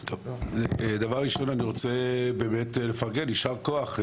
דבר ראשון, אני רוצה לפרגן, יישר כוח: